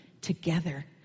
together